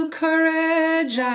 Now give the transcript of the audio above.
courage